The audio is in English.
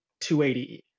280e